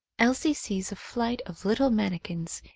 elsie sees a flight of little manni kins,